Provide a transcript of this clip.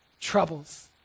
troubles